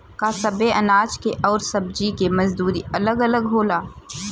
का सबे अनाज के अउर सब्ज़ी के मजदूरी अलग अलग होला?